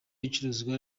icuruzwa